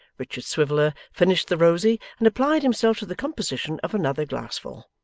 richard swiveller finished the rosy and applied himself to the composition of another glassful,